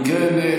אם כן,